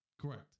Correct